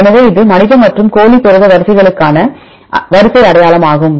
எனவே இது மனித மற்றும் கோழி புரத வரிசைகளுக்கான வரிசை அடையாளம் ஆகும்